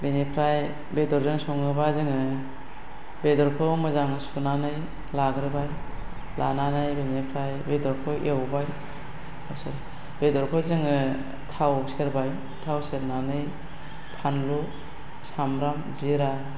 बेनिफ्राय बेदरजों संङोबा जोंङो बेदरखौ मोजां सुनानै लाग्रोबाय लानानै बेनिफ्राय बेदरखौ एवबाय बेदरखौ जोंङो थाव सेरबाय थाव सेरनानै फानलु सामब्राम जिरा